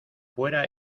fuera